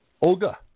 Olga